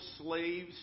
slaves